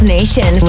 Nation